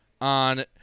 on